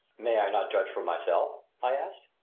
may i not judge for myself? i asked.